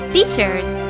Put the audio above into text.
Features